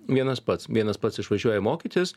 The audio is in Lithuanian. vienas pats vienas pats išvažiuoja mokytis